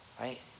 right